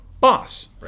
boss